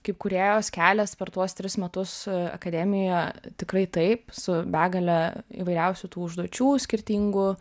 kaip kūrėjos kelias per tuos tris metus akademijoje tikrai taip su begale įvairiausių tų užduočių skirtingų